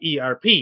ERP